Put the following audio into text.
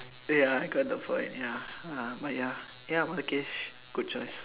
ya I got the point and ya uh but ya ya Balqish good choice